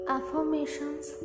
affirmations